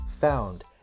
found